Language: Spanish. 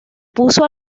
puso